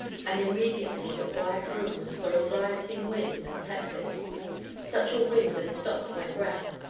and immediately the quiet room was full of rioting wind and tempest such a wind as stopped my breath,